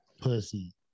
pussy